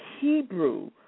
Hebrew